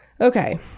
Okay